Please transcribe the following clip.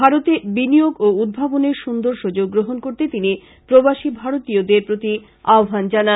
ভারতে বিনিয়োগ ও উদ্ভাবনের সুন্দর সুযোগ গ্রহণ করতে তিনি প্রবাসী ভারতীয়দের আহ্বান জানান